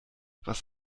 was